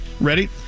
Ready